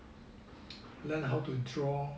learn how to draw